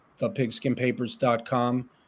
thepigskinpapers.com